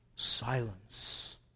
Silence